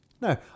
No